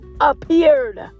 appeared